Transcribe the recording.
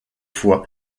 fois